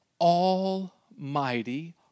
almighty